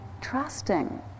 trusting